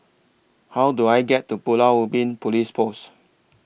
How Do I get to Pulau Ubin Police Post